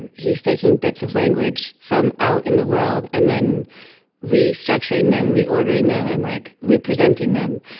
and he's taking bits of language from out in the world and then restructuring them, reordering them and, like, re-presenting them.